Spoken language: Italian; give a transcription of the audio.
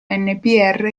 anpr